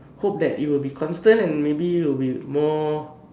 hope that it will be constant and maybe will be more